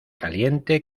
caliente